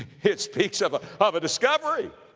it speaks of a, of a discovery.